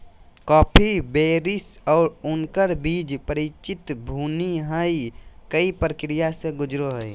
coffee berries और उनकर बीज परिचित भुनी हुई कई प्रक्रिया से गुजरो हइ